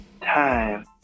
time